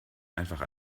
einfach